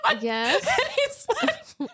Yes